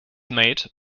mate